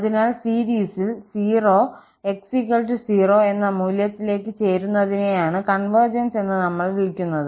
അതിനാൽ സീരീസിൽ 0 x 0 എന്ന മൂല്യത്തിലേക്ക് ചേരുന്നതിനെയാണ് കൺവെർജെൻസ് എന്ന് നമ്മൾ വിളിക്കുന്നത്